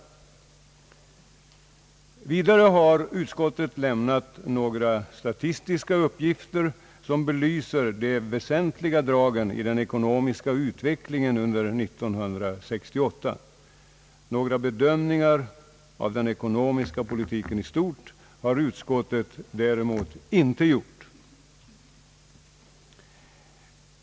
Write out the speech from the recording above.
Vidare har utskottet lämnat några statistiska uppgifter som belyser de väsentliga dragen i den ekonomiska utvecklingen under detta år. Några bedömningar av den ekonomiska politiken i stort har utskottet däremot inte gjort.